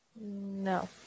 No